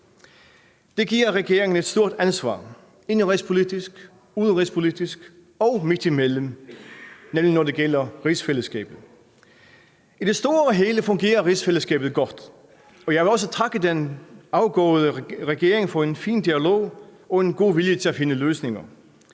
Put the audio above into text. Det giver nemlig regeringen et stort ansvar indenrigspolitisk, udenrigspolitisk og midtimellem, når det gælder rigsfællesskabet. I det store og hele fungerer rigsfællesskabet godt. Og jeg vil også takke den afgåede regering for en fin dialog og en god vilje til at finde løsninger.